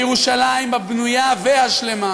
בירושלים הבנויה והשלמה,